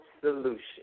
solution